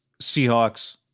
Seahawks